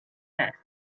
test